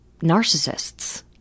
narcissists